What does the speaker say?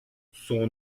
son